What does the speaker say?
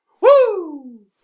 Woo